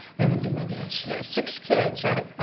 raymond dominguez. yeah, six kids, right?